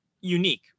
unique